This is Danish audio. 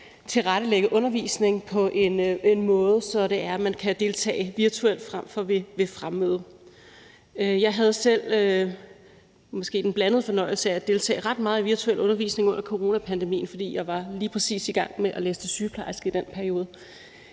tilrettelægge undervisning på en måde, så man kan deltage virtuelt frem for ved fremmøde. Jeg havde selv den måske blandede fornøjelse at deltage ret meget i virtuel undervisning under coronapandemien, fordi jeg lige præcis var i gang med at læse til sygeplejerske i den periode,